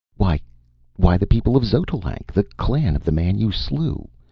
why why, the people of xotalanc! the clan of the man you slew.